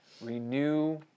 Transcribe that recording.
renew